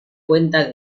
cuenta